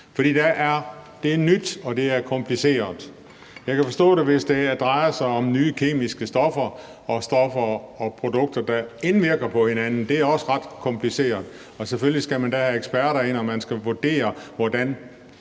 For det er nyt, og det er kompliceret. Jeg kunne forstå det, hvis det drejede sig om nye kemiske stoffer og stoffer og produkter, der indvirker på hinanden. Det er også ret kompliceret. Og selvfølgelig skal man da have eksperter ind, og man skal vurdere, hvordan